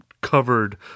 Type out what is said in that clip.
covered